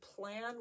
plan